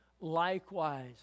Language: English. likewise